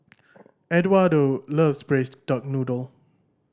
Edwardo loves Braised Duck Noodle